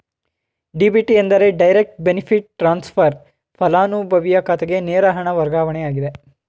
DBT ಎಂದರೆ direct benefit transfer, ಪಲಾನುಭವಿಯ ಖಾತೆಗೆ ನೇರ ಹಣ ವರ್ಗಾವಣೆಯಾಗಿದೆ